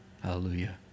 hallelujah